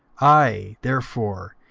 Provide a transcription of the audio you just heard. i therefore,